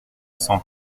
cent